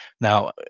Now